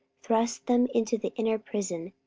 thrust them into the inner prison,